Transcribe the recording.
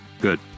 good